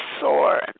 sore